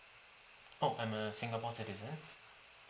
oh I'm a singapore citizen